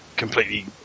completely